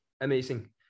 Amazing